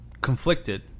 conflicted